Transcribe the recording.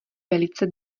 velice